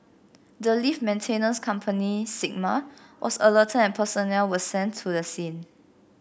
the lift maintenance company Sigma was alerted and personnel were sent to the scene